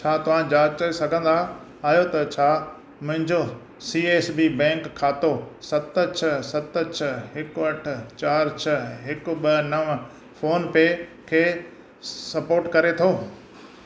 छा तव्हां जाचे सघंदा आहियो त छा मुंहिंजो सी एस बी बैंक खातो सत छह सत छह हिकु अठ चार छह हिकु ॿ नव फोन पे खे सपोर्ट करे थो